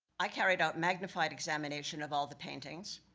i carried out magnified examination of all the paintings,